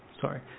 Sorry